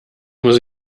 muss